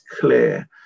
clear